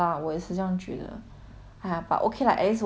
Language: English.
!haiya! but okay lah least 我们 finish intern liao right